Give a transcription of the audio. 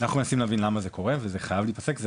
אנחנו מנסים להבין למה זה קורה, וזה חייב להיפסק.